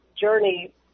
journey